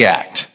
act